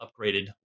upgraded